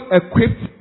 equipped